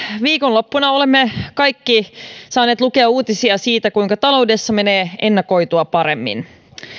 viikonloppuna olemme kaikki saaneet lukea uutisia siitä kuinka taloudessa menee ennakoitua paremmin